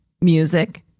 music